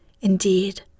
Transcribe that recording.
Indeed